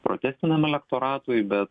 protestiniam elektoratui bet